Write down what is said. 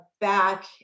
back